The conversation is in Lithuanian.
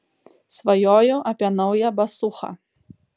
svajoju apie naują basūchą